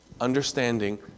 understanding